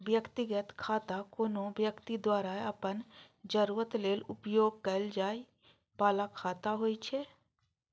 व्यक्तिगत खाता कोनो व्यक्ति द्वारा अपन जरूरत लेल उपयोग कैल जाइ बला खाता होइ छै